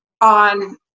on